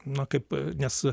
na kaip nes